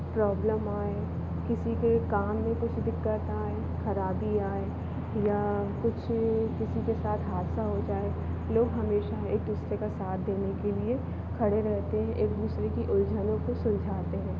problem आये किसी के काम में कुछ दिक्कत आये खराबी आये या कुछ किसी के साथ हादसा हो जाए लोग हमेशा एक दूसरे का साथ देने के लिए खड़े रहते हैं एक दूसरे की उलझनों को सुलझाते हैं